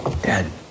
Dad